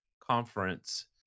conference